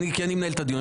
כי אני מנהל את הדיון.